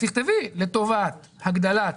אז תכתבי: לטובת הגדלת